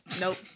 nope